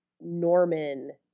Norman